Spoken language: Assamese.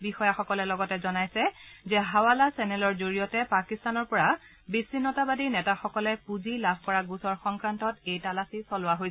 বিষয়াসকলে লগতে জনাইছে যে হাৱালা চেনেলৰ জৰিয়তে পাকিস্তানৰ পৰা বিচ্ছিন্নতাবাদী নেতাসকলে পুঁজি লাভ কৰা গোচৰ সংক্ৰান্তত এই তালাচী চলোৱা হৈছিল